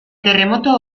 terremoto